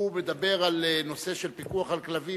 שמדבר על פיקוח על כלבים,